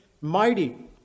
mighty